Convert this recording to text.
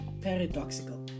paradoxical